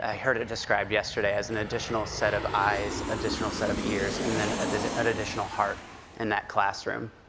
ah heard it described yesterday, as an additional set of eyes, additional set of ears, and then an additional heart in that classroom.